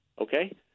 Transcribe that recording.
Okay